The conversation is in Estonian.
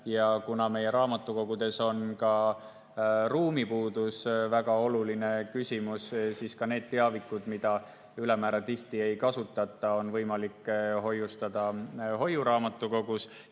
Kuna meie raamatukogudes on ruumipuudus väga oluline küsimus, siis neid teavikuid, mida ülemäära tihti ei kasutata, on võimalik hoiustada hoiuraamatukogus.